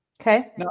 Okay